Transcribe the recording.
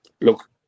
look